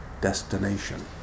destination